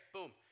Boom